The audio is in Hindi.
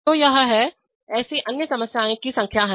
तो यह है ऐसी अन्य समस्याओं की संख्या है